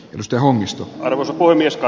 minusta omista voimista